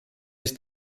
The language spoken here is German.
ist